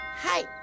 Hi